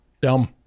Dumb